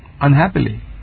unhappily